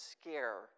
scare